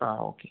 ആ ഓക്കെ